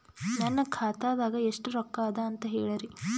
ನನ್ನ ಖಾತಾದಾಗ ಎಷ್ಟ ರೊಕ್ಕ ಅದ ಅಂತ ಹೇಳರಿ?